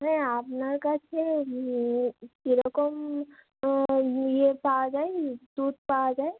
হ্যাঁ আপনার কাছে কিরকম ইয়ে পাওয়া যায় দুধ পাওয়া যায়